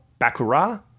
Bakura